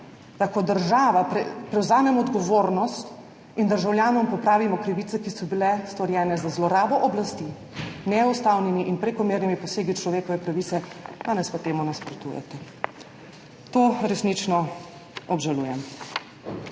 da kot država prevzamemo odgovornost in državljanom popravimo krivice, ki so bile storjene z zlorabo oblasti, neustavnimi in prekomernimi posegi v človekove pravice, danes pa temu nasprotujete. To resnično obžalujem.